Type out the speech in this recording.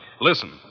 listen